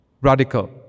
Radical